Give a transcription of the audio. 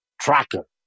tracker